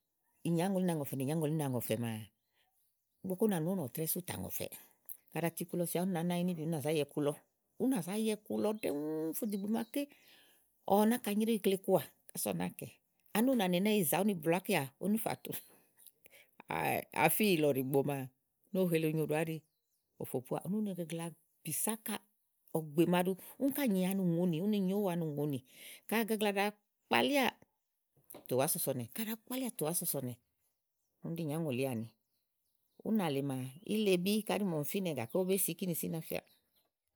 ìnyáŋòlí na nɔ̀fɛ̀ ìnyáŋòlí na nɔ̀fɛ̀ màa igbɔ úna nù òwò sú ù tà ŋɔ̀fɛ̀ kàɖi à tu iku lɔ si aɖu ù nà nányi zàa ya iku lɔ ú nã zá ya iku lɔ ɖɛ́ɛ nú fò dò ìgbè màa ké ɔ wɛ ná ka nyréwu ikle kɔà kása únáa kɛ̀. Ani ówó nàa ni ìyìzà úni blù ákiã kása úni fà tu afí ĩlɔ̃ ɖìigbo máa úni ówo nelenyo ɖòã ɖi ówó fó po à úni úni gagla bìsákà ɔ̀gbɔ̀ mãaɖu úni ká nyi ani ŋòoni uni nyo ówo ani ŋòoni kà agagla ɖãa kpalí à te ù wa sɔ sɔ̀ nì ɛ̀, tè ù wá sɔ sɔ̀ nìɛ̀. Úni ɖí ìnyáŋòli ãni ú nà lè maa ílebí ká ɖí màa ɔm finɛ̀ gàké ówo be si kini sù iná finɛà.